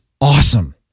awesome